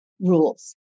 rules